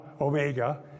Omega